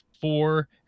four